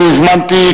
אני הזמנתי,